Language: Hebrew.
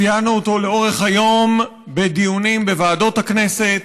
ציינו אותו לאורך היום בדיונים בוועדות הכנסת,